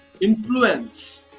influence